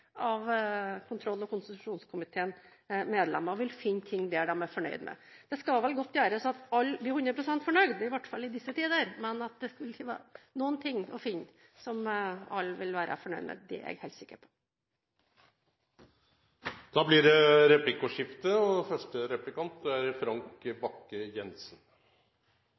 av kontroll- og konstitusjonskomiteens medlemmer vil finne ting der de er fornøyd med. Det skal vel godt gjøres at alle blir 100 pst. fornøyd, i hvert fall i disse tider, men at det er noe som alle vil være fornøyd med, er jeg helt sikker på. Det blir replikkordskifte. Riksrevisjonens rapport peker i korthet på at forvaltningen må beskrive klare indikatorer og sette klare mål, slik at det for det første